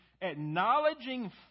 acknowledging